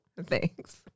thanks